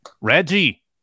Reggie